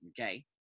okay